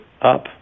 up